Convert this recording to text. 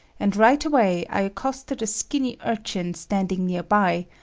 and right away i accosted a skinny urchin standing nearby,